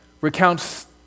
recounts